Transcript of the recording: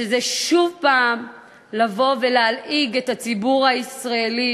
במציאות שבה הממשלה הביאה בפני הכנסת הצעה להסכם,